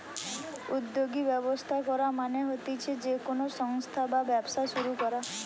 উদ্যোগী ব্যবস্থা করা মানে হতিছে যে কোনো সংস্থা বা ব্যবসা শুরু করা